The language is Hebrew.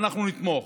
ואנחנו נתמוך,